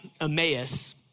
Emmaus